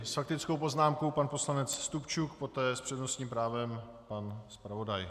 S faktickou poznámkou pan poslanec Stupčuk, poté s přednostním právem pan zpravodaj.